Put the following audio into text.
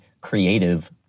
creative